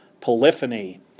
polyphony